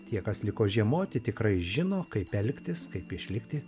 tie kas liko žiemoti tikrai žino kaip elgtis kaip išlikti